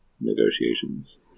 negotiations